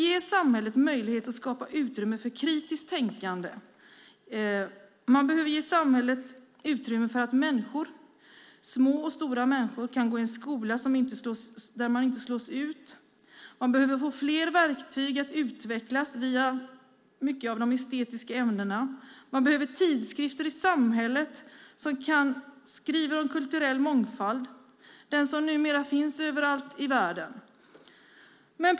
I samhället ska ges möjlighet att skapa utrymme för kritiskt tänkande, och i samhället ska ges utrymme för små och stora människor att gå i en skola där de inte slås ut. Det behövs fler verktyg för att utveckla de estetiska ämnena. Det behövs tidskrifter som skriver om kulturell mångfald i samhället, den som numera finns överallt i världen.